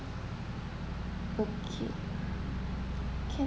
okay can